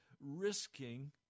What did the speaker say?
risking